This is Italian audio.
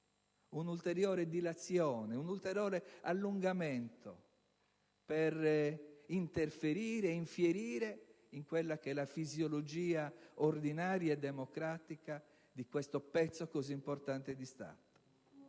un'ulteriore dilazione, un ulteriore allungamento per interferire ed infierire in quella che è la fisiologia ordinaria e democratica di questo pezzo così importante di Stato.